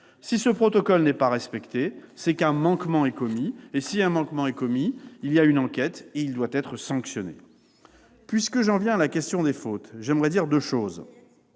Si ce protocole n'est pas respecté, c'est qu'un manquement est commis. Dès lors, il y a une enquête et le manquement doit être sanctionné. Puisque j'en viens à la question des fautes, j'aimerais dire deux choses.